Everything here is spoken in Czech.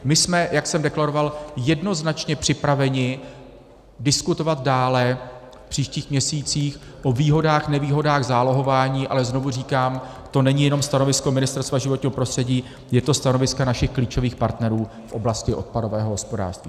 My jsme, jak jsem deklaroval, jednoznačně připraveni diskutovat dále v příštích měsících o výhodách, nevýhodách zálohování, ale znovu říkám, to není jenom stanovisko Ministerstva životního prostředí, je to stanovisko našich klíčových partnerů v oblasti odpadového hospodářství.